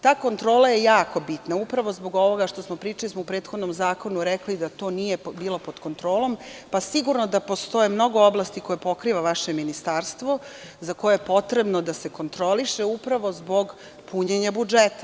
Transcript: Ta kontrola je jako bitna zbog ovoga što smo pričali, gde smo u prethodnom zakonu rekli da to nije bilo pod kontrolom pa sigurno da postoje mnoge oblasti koje pokriva vaše ministarstvo za koje je potrebno da se kontroliše, upravo zbog punjenja budžeta.